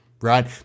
right